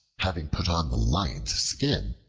having put on the lion's skin,